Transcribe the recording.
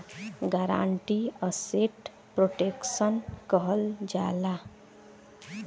guarantee asset protection कहल जाला